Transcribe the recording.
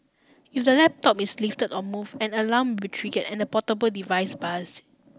if the laptop is lifted or move an alarm will be trigger and the portable device buzzed